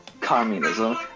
communism